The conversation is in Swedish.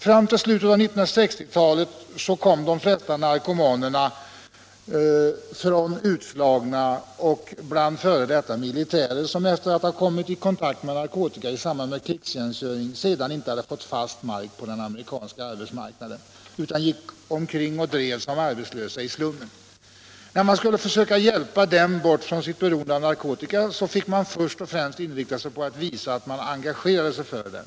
Fram till slutet av 1960-talet kom de flesta narkomaner från de utslagna kategorierna, ofta f. d. militärer, som efter att ha fått kontakt med narkotika i samband med krigstjänstgöring sedan inte hade fått fotfäste på den amerikanska arbetsmarknaden utan drev omkring som arbetslösa i stummen. När man skulle försöka hjälpa dem Nr 37 | bort från sitt beroende av narkotika fick man först och främst inrikta Onsdagen den sig på att visa att man engagerade sig i deras problem.